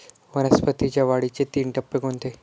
वनस्पतींच्या वाढीचे तीन टप्पे कोणते?